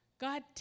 God